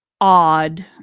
odd